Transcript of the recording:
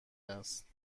است